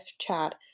chat